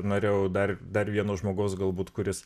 norėjau dar dar vieno žmogaus galbūt kuris